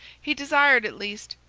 he desired, at least,